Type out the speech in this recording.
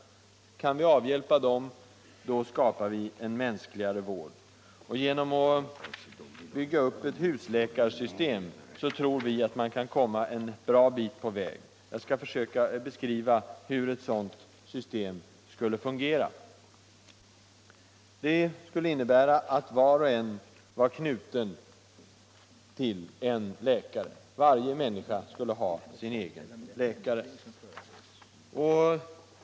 Kan vi avhjälpa dem, då skapar vi en mänskligare vård. Genom att bygga upp ett husläkarsystem tror vi att man kan komma en bra bit på väg. Jag skall försöka beskriva hur ett sådant system skulle fungera. Var och en skulle vara knuten till en läkare — varje människa skulle alltså ha sin egen läkare.